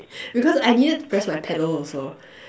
because I needed to press my pedal also